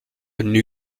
new